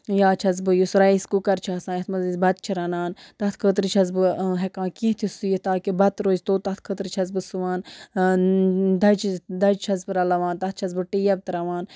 یا چھَس بہٕ یُس رایِس کُکَر چھُ آسان یَتھ منٛز أسۍ بَتہٕ چھِ رَنان تَتھ خٲطرٕ چھَس بہٕ ہٮ۪کان کیٚنٛہہ تہِ سُوِتھ تاکہِ بَتہٕ روزِ توٚت تَتھ خٲطرٕ چھَس بہٕ سُوان دَجہِ دَجہِ چھَس بہٕ رَلاوان تَتھ چھَس بہٕ ٹیب تراوان